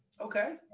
okay